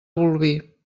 bolvir